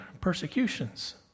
Persecutions